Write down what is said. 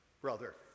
brother